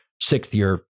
sixth-year